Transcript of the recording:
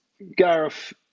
Gareth